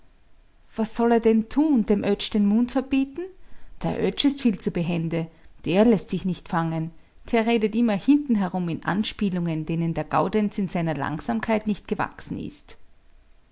was soll er denn tun dem oetsch den mund verbieten der oetsch ist viel zu behende der läßt sich nicht fangen der redet immer hinten herum in anspielungen denen der gaudenz in seiner langsamkeit nicht gewachsen ist